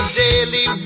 daily